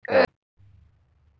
भारतात खूप जंगलं आहेत